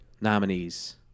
nominees